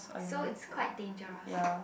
so it's quite dangerous